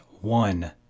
one